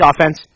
offense